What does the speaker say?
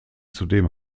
zudem